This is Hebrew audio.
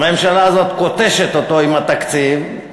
הממשלה הזאת כותשת אותו עם התקציב,